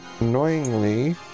annoyingly